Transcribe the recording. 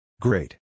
Great